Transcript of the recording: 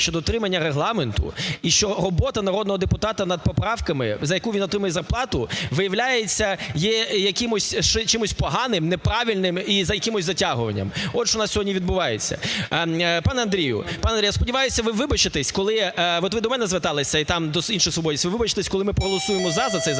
що дотримання Регламенту і що робота народного депутата над поправками, за яку він отримує зарплату, виявляється, є якимось чимось поганим, неправильним і за якимось затягуванням. От що у нас сьогодні відбувається. Пане Андрію, пане Андрію, я сподіваюся, ви вибачитеся. Коли от ви до мене зверталися